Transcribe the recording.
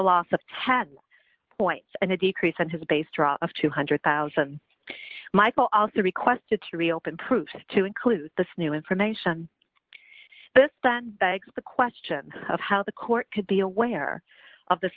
loss of ten points and a decrease in his base draw of two hundred thousand michael also requested to reopen proof to include the new information but that begs the question of how the court could be aware of this